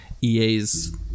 EA's